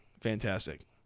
fantastic